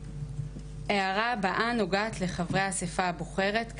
ההערה הבאה נוגעת לחברי האספה הבוחרת.